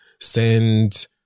send